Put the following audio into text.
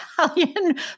Italian